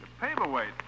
paperweight